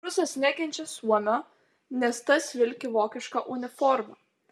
rusas nekenčia suomio nes tas vilki vokišką uniformą